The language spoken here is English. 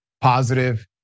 positive